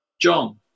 John